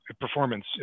performance